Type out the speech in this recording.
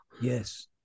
Yes